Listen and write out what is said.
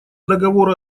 договора